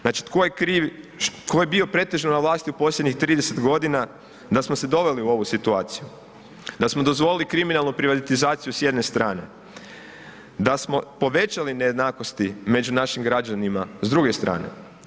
Znači tko je kriv, ko je bio pretežno na vlasti u posljednjih 30 g. da smo se doveli u ovu situaciju, da smo dozvolili kriminalnu privatizaciju s jedne strane, da smo povećali nejednakosti među našim građanima s druge strane?